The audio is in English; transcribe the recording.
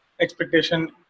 expectation